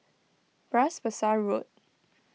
Bras Basah Road